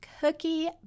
cookie